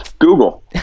Google